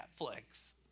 Netflix